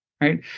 Right